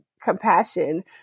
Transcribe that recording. compassion